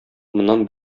моннан